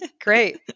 Great